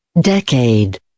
decade